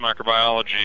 microbiology